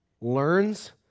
learns